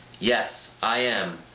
yes, i am.